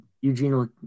Eugene